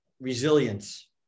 resilience